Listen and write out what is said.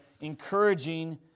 Encouraging